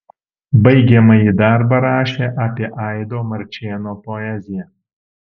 baigiamąjį darbą rašė apie aido marčėno poeziją